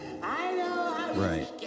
Right